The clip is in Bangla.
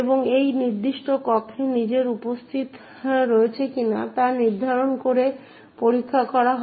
এবং সেই নির্দিষ্ট কক্ষে নিজের উপস্থিতি রয়েছে কিনা তা নির্ধারণ করে পরীক্ষা করা হয়